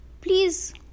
please